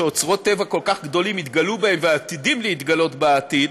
כשאוצרות טבע כל כך גדולים התגלו ועתידים להתגלות בעתיד,